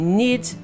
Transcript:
need